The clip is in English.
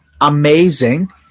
amazing